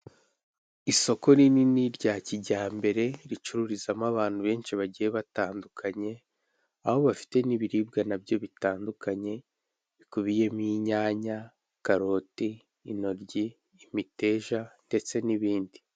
Isoko rinini rya kijyambere ricururizamo abantu benshi bagiye batandukanye, aho bafite n'ibiribwa nabyo bitandukanye bikubiyemo inyanya, karoti, inoryi, imiteja ndetse n'ibindi.